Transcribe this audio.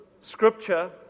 scripture